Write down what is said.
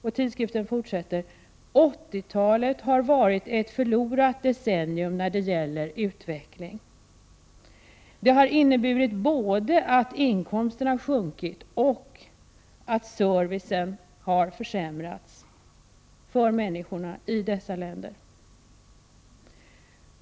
I tidskriften står vidare: ”80-talet har varit ett förlorat decennium när det gäller utveckling.” Det har inneburit både att inkomsterna sjunkit och att servicen har försämrats för människorna i dessa länder.